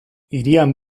hirian